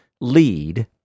lead